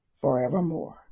forevermore